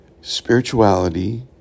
Spirituality